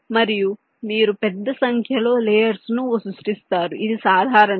మరియు మీరు పెద్ద సంఖ్య లో లేయర్స్ ను సృష్టిస్తారు ఇది సాధారణమే